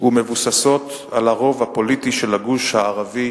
ומבוססות על הרוב הפוליטי של הגוש הערבי,